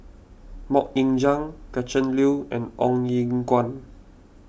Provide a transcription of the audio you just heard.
Mok Ying Jang Gretchen Liu and Ong Eng Guan